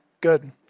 Good